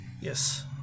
Yes